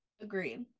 Agreed